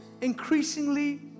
increasingly